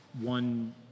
one